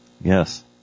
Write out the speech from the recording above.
Yes